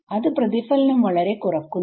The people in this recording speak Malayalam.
അത് പ്രതിഫലനം വളരെ കുറക്കുന്നു